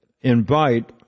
invite